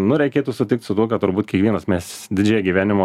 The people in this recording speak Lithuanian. nu reikėtų sutikt su tuo kad turbūt kiekvienas mes didžiąją gyvenimo